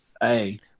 Hey